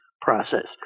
process